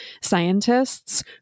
scientists